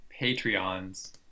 patreons